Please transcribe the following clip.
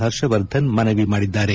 ಹರ್ಷವರ್ಧನ್ ಮನವಿ ಮಾಡಿದ್ದಾರೆ